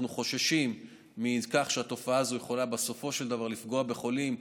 אנחנו חוששים מכך שהתופעה הזאת יכולה בסופו של דבר לפגוע בחולים,